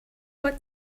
what